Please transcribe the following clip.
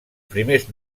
primers